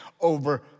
over